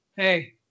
hey